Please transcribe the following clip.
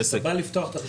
כשאתה בא לפתוח את החשבון,